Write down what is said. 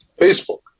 Facebook